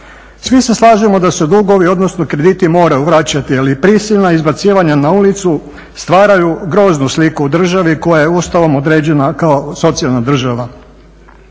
Svi se slažemo da se dugovi, odnosno krediti moraju vraćati, ali prisilna izbacivanja na ulicu stvaraju groznu sliku o državi koja je Ustavom određena kao socijalna država.